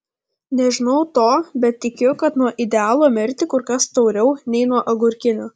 nežinau to bet tikiu kad nuo idealo mirti kur kas tauriau nei nuo agurkinio